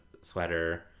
sweater